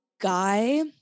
guy